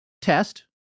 test